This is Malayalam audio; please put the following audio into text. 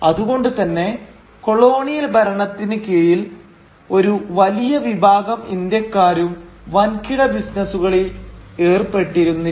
അതു കൊണ്ടുതന്നെ കൊളോണിയൽ ഭരണത്തിന് കീഴിൽ ഒരു വലിയ വിഭാഗം ഇന്ത്യക്കാരും വൻകിട ബിസിനസുകളിൽ ഏർപ്പെട്ടിരുന്നില്ല